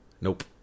Nope